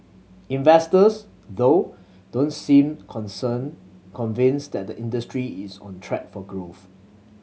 investors though don't seem concern convinced that the industry is on track for growth